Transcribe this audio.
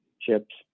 chips